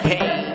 Hey